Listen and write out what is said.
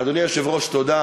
אדוני היושב-ראש, תודה.